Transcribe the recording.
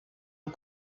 aux